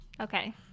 Okay